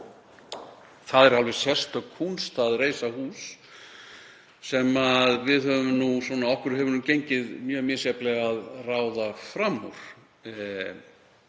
það er alveg sérstök kúnst að reisa hús sem okkur hefur gengið mjög misjafnlega að ráða fram úr,